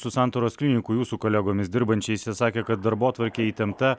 su santaros klinikų jūsų kolegomis dirbančiais ir sakė kad darbotvarkė įtempta